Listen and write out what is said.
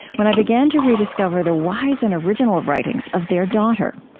when i began to rediscover the wise and original writings of their daughter.